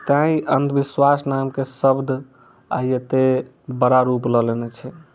तैं अन्धविश्वास नाम के शब्द आइ एते बड़ा रूप लए लेने छै